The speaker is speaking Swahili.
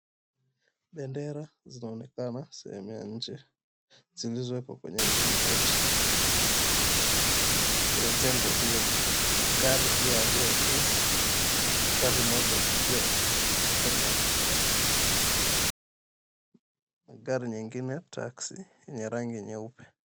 Bendera zinaonekana sehemu ya nje zilizowekwa kwenye mlingoti ya jengo hili. Magari pia yaliyoegeshwa. Gari moja likiwa aina ya na gari nyingine taxi yenye rangi nyeupe.